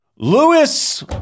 Lewis